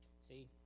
see